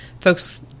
folks